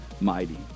mighty